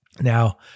Now